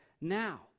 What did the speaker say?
now